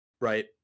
right